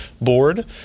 board